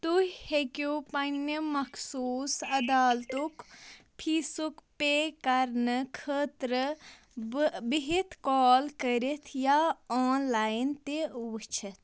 تُہۍ ہیٚکِو پنٛنہِ مخصوٗص عدالتُک فیٖسُک پے کَرنہٕ خٲطرٕ بہٕ بِہِتھ کال کٔرِتھ یا آنلاین تہِ وٕچھِتھ